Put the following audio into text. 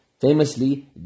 Famously